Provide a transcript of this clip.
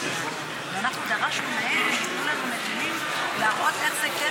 ואנחנו דרשנו מהם שייתנו להם נתונים להראות איך זה כן,